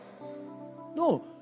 No